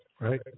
right